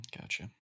Gotcha